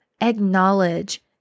acknowledge